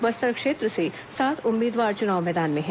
बस्तर क्षेत्र से सात उम्मीदवार चुनाव मैदान में हैं